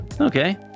Okay